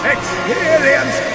Experience